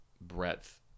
breadth